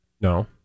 No